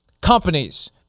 companies—